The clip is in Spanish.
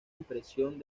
impresión